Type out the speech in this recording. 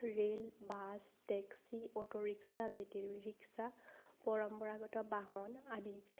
rail bus taxi autorickshaw battery rickshaw পৰম্পৰাগত বাহন আদি